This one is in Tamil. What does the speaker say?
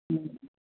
ம்